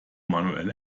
manuell